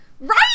Right